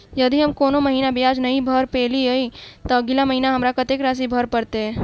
यदि हम कोनो महीना ब्याज नहि भर पेलीअइ, तऽ अगिला महीना हमरा कत्तेक राशि भर पड़तय?